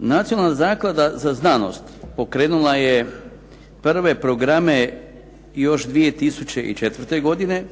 Nacionalna zaklada za znanost pokrenula je prve programe još 2004. godine